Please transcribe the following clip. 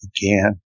again